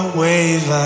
wave